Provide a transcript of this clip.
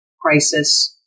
crisis